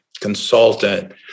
consultant